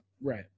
Right